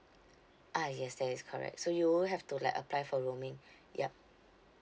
ah yes that is correct so you'll have to like apply for roaming ya